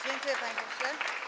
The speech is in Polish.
Dziękuję, panie pośle.